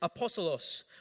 apostolos